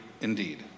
indeed